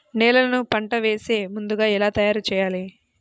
నేలను పంట వేసే ముందుగా ఎలా తయారుచేయాలి?